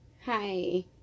Hi